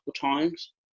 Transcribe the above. times